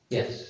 Yes